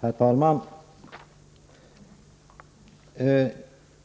Herr talman!